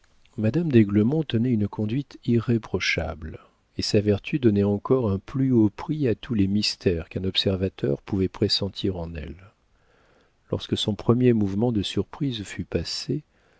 madame d'aiglemont tenait une conduite irréprochable et sa vertu donnait encore un plus haut prix à tous les mystères qu'un observateur pouvait pressentir en elle lorsque son premier mouvement de surprise fut passé